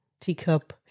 teacup